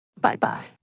Bye-bye